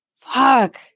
Fuck